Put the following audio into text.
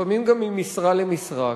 לפעמים גם ממשרה למשרה,